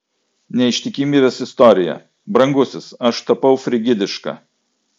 neištikimybės istorija brangusis aš tapau frigidiška